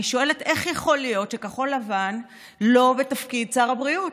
אני שואלת: איך יכול להיות שכחול לבן לא בתפקיד שר הבריאות?